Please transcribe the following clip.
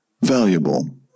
valuable